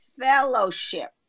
fellowship